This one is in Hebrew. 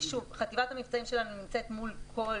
חטיבת המבצעים שלנו נמצאת מול כל